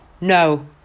No